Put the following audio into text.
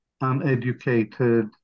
uneducated